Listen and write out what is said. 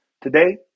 today